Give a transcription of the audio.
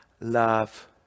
love